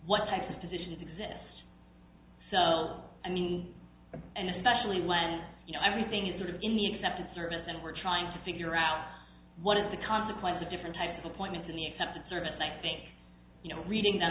what type of position exists so i mean and especially when you know everything is sort of in the accepted service and we're trying to figure out what is the consequence of different types of appointments in the accepted service and i think you know reading